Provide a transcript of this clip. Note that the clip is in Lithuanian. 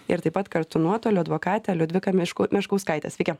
ir taip pat kartu nuotoliu advokate liudvika mišku meškauskaite sveiki